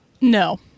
No